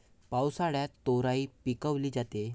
पावसाळ्यात तोराई पिकवली जाते